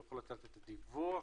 הוא יכול לתת את הדיווח